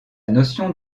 notion